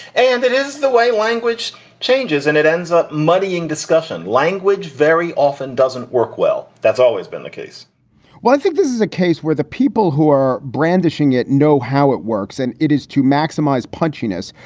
and it is the way language changes and it ends up muddying discussion. language very often doesn't work. well, that's always been the case well, i think this is a case where the people who are brandishing it know how it works and it is to maximize punches.